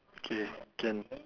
okay can